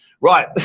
Right